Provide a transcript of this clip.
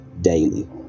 daily